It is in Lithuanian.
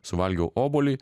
suvalgiau obuolį